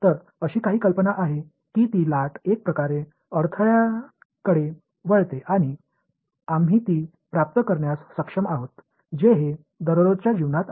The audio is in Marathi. तर अशी काही कल्पना आहे की ती लाट एक प्रकारे अडथळ्यांकडे वळते आहे आणि आम्ही ती प्राप्त करण्यास सक्षम आहोत जे हे दररोजच्या जीवनात आहे